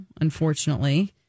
unfortunately